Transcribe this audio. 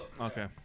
Okay